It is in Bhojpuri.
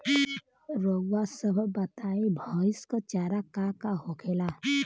रउआ सभ बताई भईस क चारा का का होखेला?